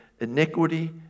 iniquity